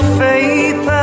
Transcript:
faith